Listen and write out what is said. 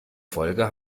folge